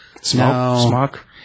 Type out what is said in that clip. Smoke